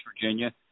Virginia